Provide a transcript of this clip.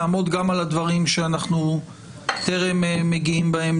נעמוד גם על הדברים שאנחנו טרם מגיעים בהם